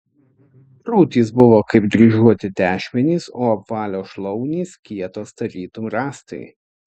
krūtys buvo kaip dryžuoti tešmenys o apvalios šlaunys kietos tarytum rąstai